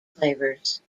flavors